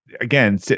again